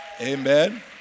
Amen